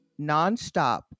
nonstop